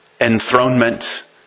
enthronement